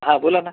हां बोला ना